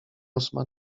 ósma